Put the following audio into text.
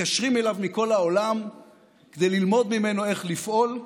מתקשרים אליו מכל העולם כדי ללמוד ממנו איך לפעול,